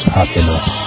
happiness